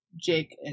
jake